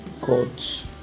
God's